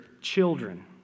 children